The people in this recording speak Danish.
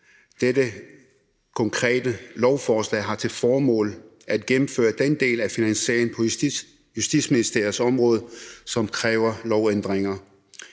Dette konkrete lovforslag har til formål at gennemføre den del af finansieringen på Justitsministeriets område, som kræver lovændringer,